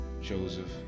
joseph